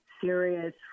serious